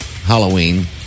Halloween